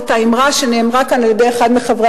ואת האמרה שנאמרה כאן על-ידי אחד מחברי